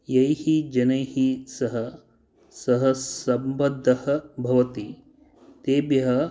यैः जनैः सः सह सम्बद्ध भवति तेभ्यः